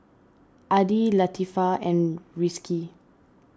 Adi Latifa and Rizqi